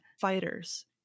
fighters